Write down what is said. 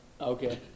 Okay